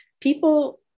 people